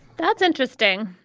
that's interesting.